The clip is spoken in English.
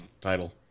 title